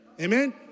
Amen